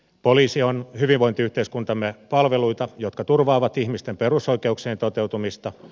poliisi on hyvinvointiyhteiskuntamme palveluita jotka turvaavat ihmisten perusoikeuksien toteutumista